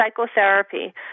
psychotherapy